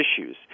issues